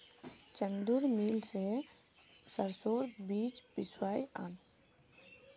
चंदूर mill स सरसोर बीज पिसवइ आन